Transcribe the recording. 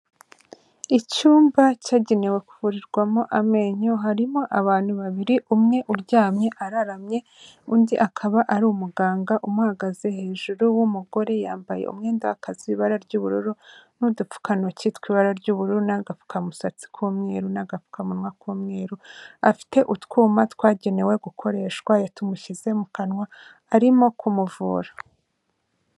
Icyumba cyagenewe kuvurirwamo amenyo harimo abantu babiri umwe uryamye araramye undi akaba ari umuganga umuhagaze hejuru w'umugore yambaye umwenda w'akazi w'ibara ry'ubururu n'udupfukantoki tw'ibara ry'ubururu n'agapfukamusatsi k'umweru n'agapfukamunwa k'umweru, afite utwuma twagenewe gukoreshwa yatumushyize mu kanwa arimo kumuvura.